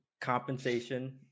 compensation